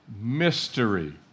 mystery